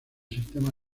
sistema